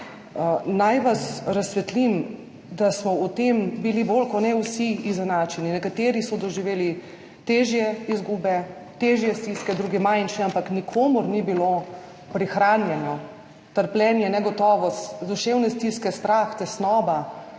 Naj vas razsvetlim, da smo bili v tem bolj kot ne vsi izenačeni, nekateri so doživeli težje izgube, težje stiske, drugi manjše, ampak nikomur ni bilo prihranjeno trpljenje, negotovost, duševne stiske, strah, tesnoba